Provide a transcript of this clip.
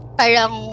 parang